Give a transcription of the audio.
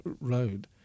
road